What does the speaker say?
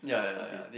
okay